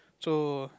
so